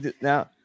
Now